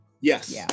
Yes